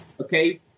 okay